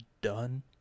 done